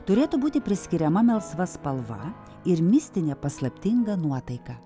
turėtų būti priskiriama melsva spalva ir mistinė paslaptinga nuotaika